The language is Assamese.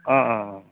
অঁ অঁ অঁ